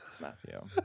Matthew